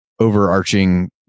Overarching